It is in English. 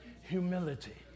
humility